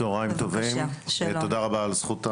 צוהריים טובים, תודה רבה על זכות הדיבור,